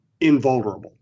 invulnerable